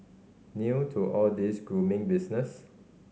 new to all this grooming business